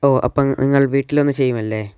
ഓ അപ്പം നിങ്ങൾ വീട്ടിൽ വന്നു ചെയ്യുമല്ലേ